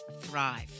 thrive